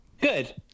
Good